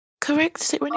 correct